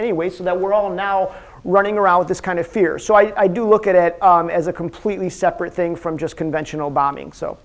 anyway so that we're all now running around with this kind of fear so i do look at it as a completely separate thing from just conventional bombing so